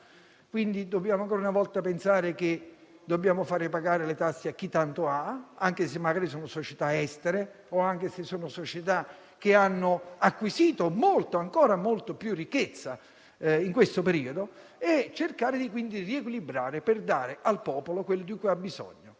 Quindi dobbiamo ancora una volta pensare che dobbiamo far pagare le tasse a chi tanto ha, anche se magari sono società estere o anche se sono società che hanno acquisito molta più ricchezza in questo periodo, e cercare quindi di riequilibrare per dare al popolo quello di cui ha bisogno.